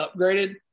upgraded